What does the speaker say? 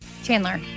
Chandler